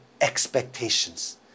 expectations